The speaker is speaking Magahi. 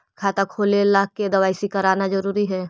खाता खोले ला के दवाई सी करना जरूरी है?